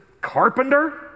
carpenter